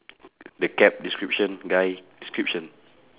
the cap description guy description